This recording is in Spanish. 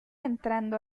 entrando